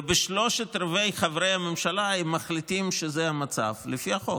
ושלושה-רבעים מחברי הממשלה מחליטים שזה המצב לפי החוק.